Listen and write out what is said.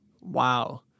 Wow